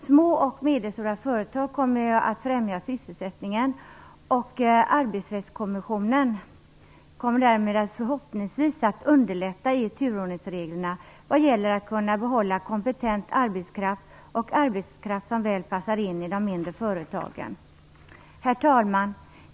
Små och medelstora företags sysselsättning kommer härigenom att främjas, och Arbetsrättskommissionen kommer därför förhoppningsvis att möjliggöra att turordningsreglerna underlättar behållande av kompetent arbetskraft som väl passar in i de mindre företagen. Herr talman!